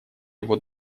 его